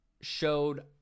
showed